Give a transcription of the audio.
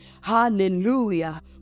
hallelujah